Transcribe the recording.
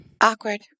Awkward